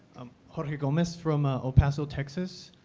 jorge gomez from ah el paso, texas.